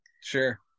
Sure